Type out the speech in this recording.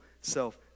self